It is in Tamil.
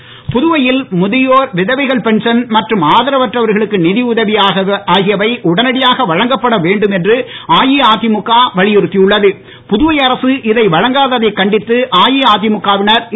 அன்பழகன் புதுவையில் முதியோர் விதவைகள் பென்சன் மற்றும் ஆதரவற்றவர்களுக்கு நிதி உதவி ஆகியவை உடனடியாக வழங்கப்பட வேண்டும் என்று அஇஅதிமுக வலியுறுத்தி புதுவை அரசு இதை வழங்காததைக் கண்டித்து அஇஅதிமுகவினர் உள்ளது